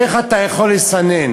איך אתה יכול לסנן?